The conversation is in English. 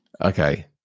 Okay